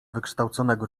wykształconego